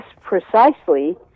precisely